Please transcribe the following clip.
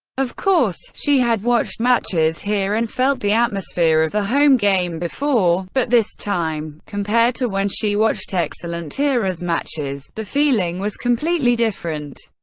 of course, she had watched matches here and felt the atmosphere of a home game before, but this time, compared to when she watched excellent era's matches, the feeling was completely different.